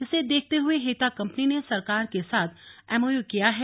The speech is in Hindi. इसे देखते हुए हेता कम्पनी ने सरकार के साथ एमओयू किया है